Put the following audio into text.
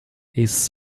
his